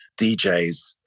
DJs